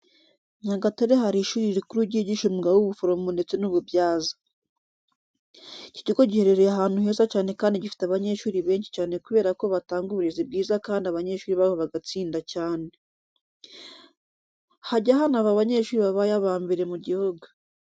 Nyagatare hari ishuri rikuru ryigisha umwuga w'ubuforomo ndetse n'ububyaza. Iki kigo giherereye ahantu heza cyane kandi gifite abanyeshuri benshi cyane kubera ko batanga uburezi bwiza kandi abanyeshuri baho bagatsinda cyane. Hajya hanava abanyeshuri babaye aba mbere mu gihugu.